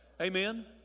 amen